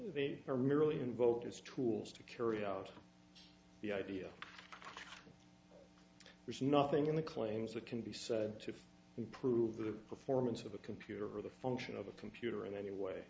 they are merely invoked as tools to carry out the idea there's nothing in the claims that can be said to improve the performance of a computer or the function of a computer in any way